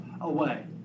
away